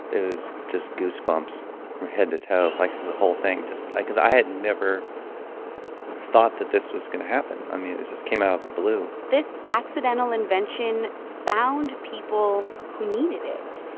it was just goosebumps from head to toe, like the whole thing. just because i had never thought that this was going to happen. i mean, it just came out of the blue this accidental invention found people who needed it.